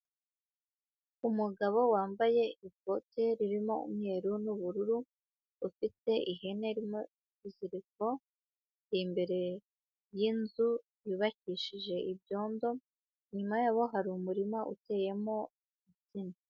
Umugabo wambaye ikote ririmo umweru n'ubururu, ufite ihene irimo ikiziriko, imbere y'inzu yubakishije ibyondo, inyuma yabo hari umurima uteyemo insina.